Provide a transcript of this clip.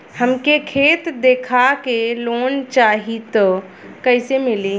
हमके खेत देखा के लोन चाहीत कईसे मिली?